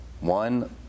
one